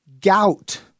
gout